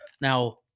now